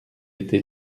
été